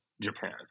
Japan